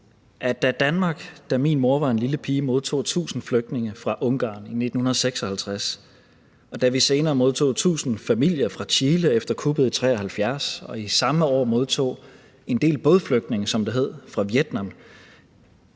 og Danmark modtog 1.000 flygtninge fra Ungarn i 1956, og på, at vi senere modtog 1.000 familier fra Chile efter kuppet i 1973 og samme år modtog en del bådflygtninge, som det